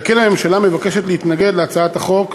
על כן, הממשלה מבקשת להתנגד להצעת החוק.